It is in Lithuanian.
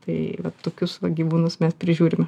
tai vat tokius va gyvūnus mes prižiūrime